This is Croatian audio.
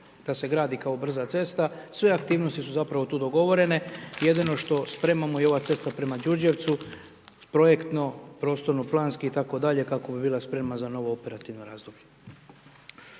da se gradi kao brza cesta, sve aktivnosti su zapravo tu dogovorene. Jedino što spremamo i ova cesta prema Đurđevcu, projektno, prostorno planski itd., kako bi bila spremna za novo operativno razdoblje.